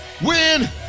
win